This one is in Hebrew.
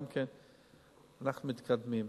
אנחנו מתקדמים.